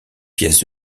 pièces